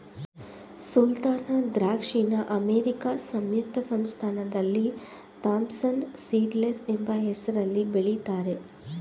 ಸುಲ್ತಾನ ದ್ರಾಕ್ಷಿನ ಅಮೇರಿಕಾ ಸಂಯುಕ್ತ ಸಂಸ್ಥಾನದಲ್ಲಿ ಥಾಂಪ್ಸನ್ ಸೀಡ್ಲೆಸ್ ಎಂಬ ಹೆಸ್ರಲ್ಲಿ ಬೆಳಿತಾರೆ